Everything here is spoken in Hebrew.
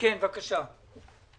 להיות אחראי --- אם